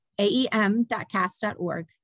aem.cast.org